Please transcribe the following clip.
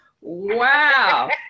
Wow